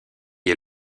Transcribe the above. est